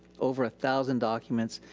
over a thousand documents.